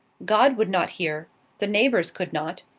god would not hear the neighbours could not.